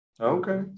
Okay